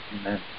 Amen